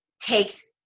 takes